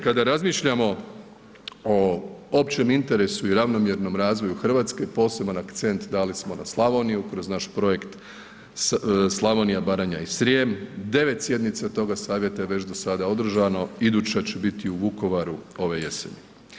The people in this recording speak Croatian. Kada razmišljamo o općem interesu i ravnomjernom razvoju RH poseban akcent dali smo na Slavoniju kroz naš projekt Slavonija, Baranja i Srijem, 9 sjednica toga savjeta je već do sada održano, iduća će biti u Vukovaru ove jeseni.